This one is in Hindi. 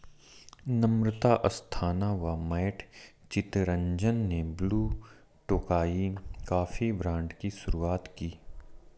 नम्रता अस्थाना व मैट चितरंजन ने ब्लू टोकाई कॉफी ब्रांड की शुरुआत की